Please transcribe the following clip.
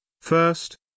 First